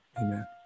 Amen